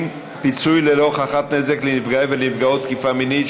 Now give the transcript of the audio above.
(פיצוי ללא הוכחת נזק לנפגעי ולנפגעות תקיפה מינית),